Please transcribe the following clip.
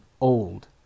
old